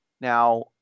Now